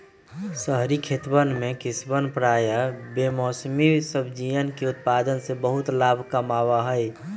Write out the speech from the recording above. शहरी खेतवन में किसवन प्रायः बेमौसमी सब्जियन के उत्पादन से बहुत लाभ कमावा हई